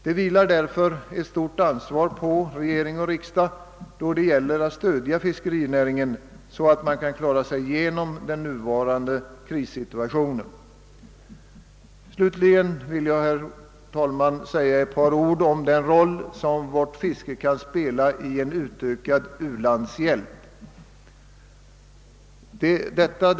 Det vilar därför ett stort ansvar på regering och riksdag då det gäller att stödja fiskerinäringen så att fiskarna kan klara sig igenom den nuvarande krissituationen. Slutligen vill jag, herr talman, säga ett par ord om den roll som vårt fiske kan spela i en utökad u-landshjälp.